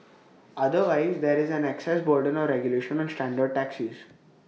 otherwise there is an access burden of regulation on standard taxis